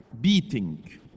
beating